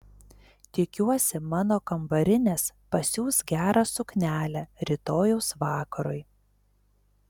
tikiuosi mano kambarinės pasiūs gerą suknelę rytojaus vakarui